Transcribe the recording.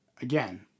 again